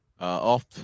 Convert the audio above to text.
Off